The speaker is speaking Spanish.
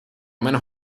menos